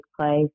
place